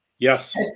Yes